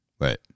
right